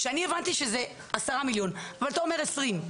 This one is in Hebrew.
אני הבנתי שזה עשרה מיליון אבל אתה אומר 20,